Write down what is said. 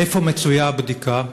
איפה מצויה הבדיקה?